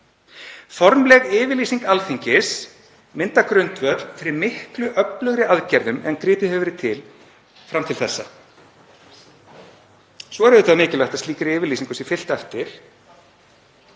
Formleg yfirlýsing Alþingis myndar grundvöll fyrir miklu öflugri aðgerðum en gripið hefur verið til fram til þessa. Síðan er auðvitað mikilvægt að slíkri yfirlýsingu sé fylgt eftir